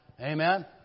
Amen